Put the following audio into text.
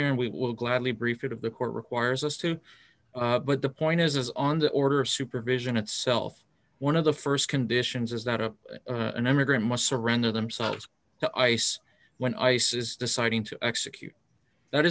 here and we will gladly brief it of the court requires us to but the point is is on the order of supervision itself one of the st conditions is that up an immigrant must surrender themselves to ice when ice is deciding to execute that